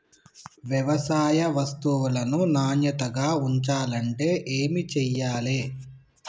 వ్యవసాయ వస్తువులను నాణ్యతగా ఉంచాలంటే ఏమి చెయ్యాలే?